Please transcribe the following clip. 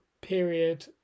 period